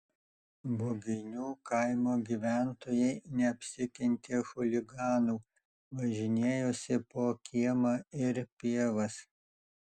buginių kaimo gyventojai neapsikentė chuliganų važinėjosi po kiemą ir pievas